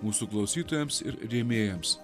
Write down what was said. mūsų klausytojams ir rėmėjams